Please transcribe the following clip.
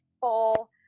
full